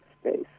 space